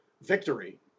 victory